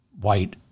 white